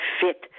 fit